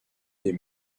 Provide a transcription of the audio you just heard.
des